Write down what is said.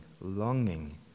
longing